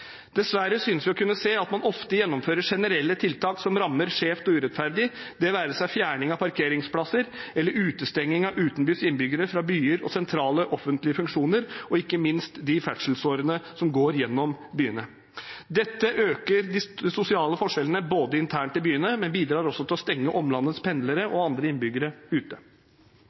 Dessverre synes vi å kunne se at man ofte gjennomfører generelle tiltak som rammer skjevt og urettferdig, det være seg fjerning av parkeringsplasser eller utestenging av utenbys innbyggere fra byer og sentrale offentlige funksjoner og ikke minst de ferdselsårene som går gjennom byene. Dette øker de sosiale forskjellene internt i byene, men bidrar også til å stenge omlandets pendlere og andre innbyggere ute